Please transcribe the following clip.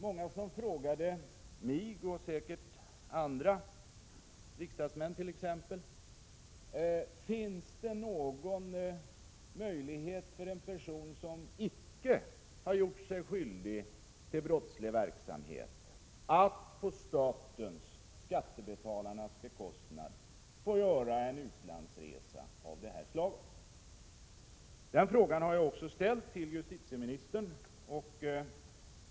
Många frågade mig och säkert även andra riksdagsledamöter: Finns det någon möjlighet för en person som icke har gjort sig skyldig till brottslig verksamhet att på statens, skattebetalarnas, bekostnad göra en utlandsresa av det här slaget? Den frågan har jag också ställt till justitieministern.